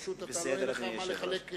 פשוט לא יהיה לך מה לחלק.